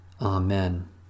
Amen